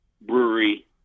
brewery